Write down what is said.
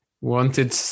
wanted